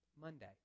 Monday